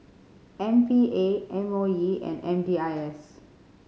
M P A M O E and M D I S